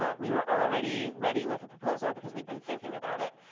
ah we were already ready with a proposal because we'd been thinking about it.